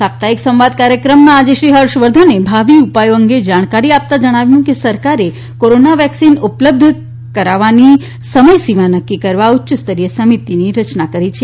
સાપ્તાહિક સંવાદ કાર્યક્રમમાં આજે રી હર્ષવર્ધને ભાવી ઉપાયો અંગે જાણકારી આપતાં જણાવ્યું કે સરકારે કોરોના વેકસીન ઉપલબ્ધ કરવાની સમયસીમા નકકી કરવા ઉચ્યસ્તરીય સમિતિઓની રયના કરી છે